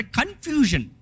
confusion